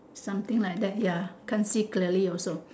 something like that ya can't see clearly also